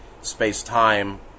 space-time